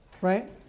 Right